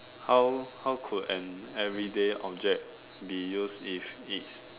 how how could an everyday object be used if it